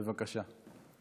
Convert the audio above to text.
בבקשה.